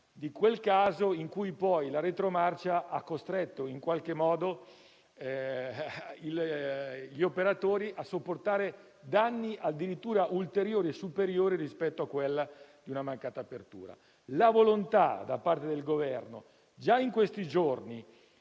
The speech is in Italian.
quel caso in cui poi la retromarcia ha costretto in qualche modo gli operatori a sopportare danni addirittura ulteriori e superiori rispetto a quelli derivanti da una mancata apertura. La volontà da parte del Governo, già in questi giorni,